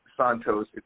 Santos